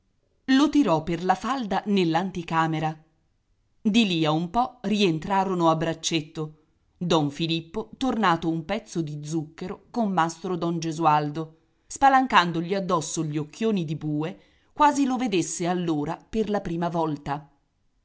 lo tirò per la falda nell'anticamera di lì a un po rientrarono a braccetto don filippo tornato un pezzo di zucchero con mastro don gesualdo spalancandogli addosso gli occhioni di bue quasi lo vedesse allora per la prima volta